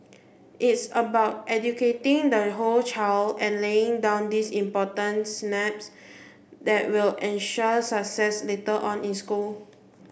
it's about educating the whole child and laying down these important synapses that will ensure success later on in school